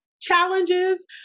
challenges